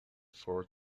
four